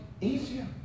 Easier